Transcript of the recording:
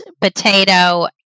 potato